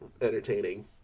entertaining